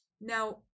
Now